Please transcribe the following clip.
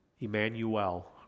Emmanuel